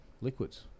liquids